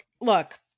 Look